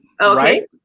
Okay